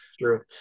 True